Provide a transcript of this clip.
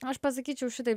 aš pasakyčiau šitaip